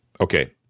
okay